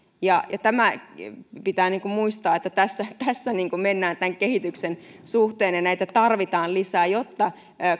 ja pitää muistaa että tässä mennään eteenpäin tämän kehityksen suhteen ja näitä tarvitaan lisää jotta